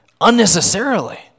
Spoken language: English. unnecessarily